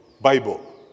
Bible